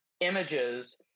images